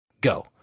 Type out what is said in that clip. Go